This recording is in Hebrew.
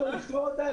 לא צריך לפטור אותה,